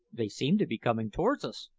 they seem to be coming towards us,